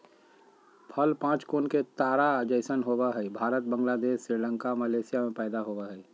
फल पांच कोण के तारा जैसन होवय हई भारत, बांग्लादेश, श्रीलंका, मलेशिया में पैदा होवई हई